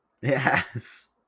Yes